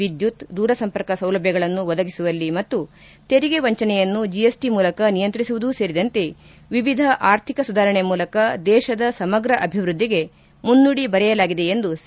ವಿದ್ಯುತ್ ದೂರ ಸಂಪರ್ಕ ಸೌಲಭ್ಯಗಳನ್ನು ಒದಗಿಸುವಲ್ಲಿ ಮತ್ತು ತೆರಿಗೆ ವಂಚನೆಯನ್ನು ಜಿಎಸ್ಟ ಮೂಲಕ ನಿಯಂತ್ರಿಸುವುದೂ ಸೇರಿದಂತೆ ವಿವಿಧ ಆರ್ಥಿಕ ಸುಧಾರಣೆ ಮೂಲಕ ದೇಶದ ಸಮಗ್ರ ಅಭಿವೃದ್ದಿಗೆ ಮುನ್ನುಡಿ ಬರೆಯಲಾಗಿದೆ ಎಂದು ಸಿ